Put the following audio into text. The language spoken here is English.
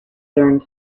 during